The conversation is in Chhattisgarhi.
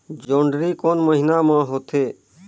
जोंदरी कोन महीना म होथे?